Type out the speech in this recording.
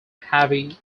heavy